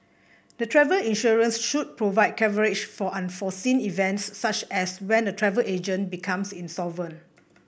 the travel insurance should provide coverage for unforeseen events such as when a travel agent becomes insolvent